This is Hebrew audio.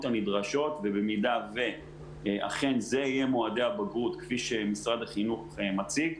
הנדרשות ובמידה ואכן אלה יהיו מועדי הבגרות כפי שמשרד החינוך מציג,